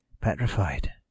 petrified